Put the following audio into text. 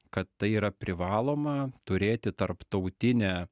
kad tai yra privaloma turėti tarptautinę